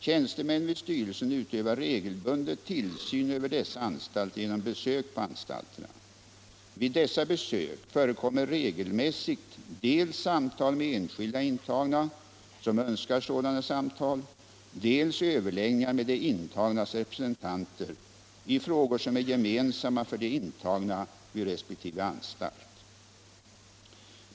Tjänstemän vid styrelsen utövar regelbundet tillsyn över dessa anstalter genom besök på anstalterna. Vid dessa besök förekommer regelmässigt dels samtal med enskilda intagna som önskar sådana samtal, dels överläggningar med de intagnas representanter i frågor som är gemensamma för de intagna vid resp. anstalt.